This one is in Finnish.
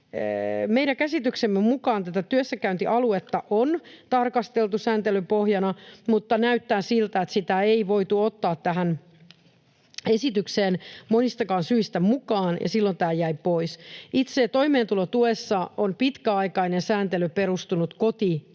Meidän käsityksemme mukaan tätä työssäkäyntialuetta on tarkasteltu sääntelyn pohjana, mutta näyttää siltä, että sitä ei voitu ottaa tähän esitykseen monistakaan syistä mukaan, ja silloin tämä jäi pois. Itse toimeentulotuessa on pitkäaikainen sääntely perustunut kotikuntaisuuteen.